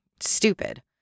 stupid